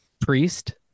priest